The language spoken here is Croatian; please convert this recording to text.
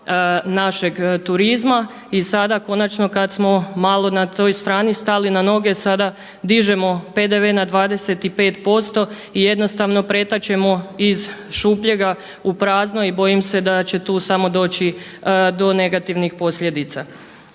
našeg turizma. I sada konačno kad smo malo na toj strani stali na noge sada dižemo PDV na 25% i jednostavno pretačemo iz šupljega u prazno i bojim se da će tu samo doći do negativnih posljedica.